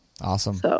Awesome